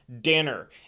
Danner